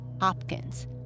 Hopkins